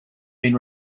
been